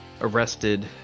arrested